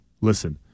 listen